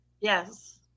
Yes